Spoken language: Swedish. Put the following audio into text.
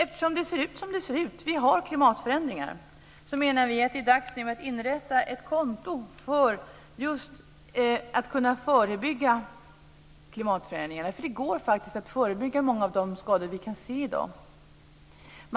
Eftersom det ser ut som det ser ut, att vi har klimatförändringar, menar vi att det är dags att inrätta ett konto just för att kunna förebygga klimatförändringarna. Det går faktiskt att förebygga många av de skador vi kan se i dag.